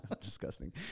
Disgusting